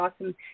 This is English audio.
awesome